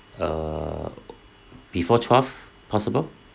err before twelve possible